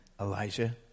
Elijah